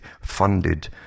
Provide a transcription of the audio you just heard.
funded